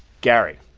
gary,